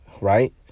right